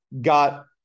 got